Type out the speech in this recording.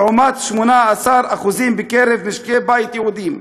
לעומת 18% בקרב משקי בית יהודיים,